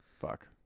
fuck